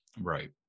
Right